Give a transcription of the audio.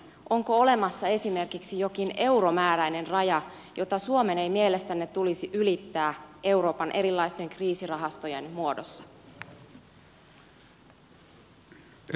onko olemassa esimerkiksi jokin euromääräinen raja jota suomen ei mielestänne tulisi ylittää euroopan erilaisten kriisirahastojen muodossa